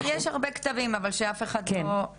זה נכון--- יש הרבה כתבים אבל שאף אחד לא--- לא,